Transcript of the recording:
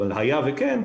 אבל אם כן,